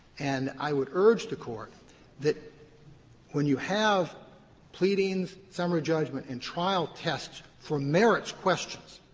and i would urge the court that when you have pleadings, summary judgment, and trial tests for merits questions,